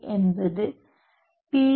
ali என்பது B